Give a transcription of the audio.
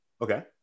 Okay